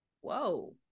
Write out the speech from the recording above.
whoa